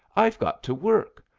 i've got to work!